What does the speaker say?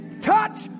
Touch